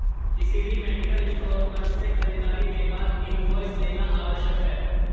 किसी भी medical store पर से खरीदारी के बाद इनवॉइस लेना आवश्यक है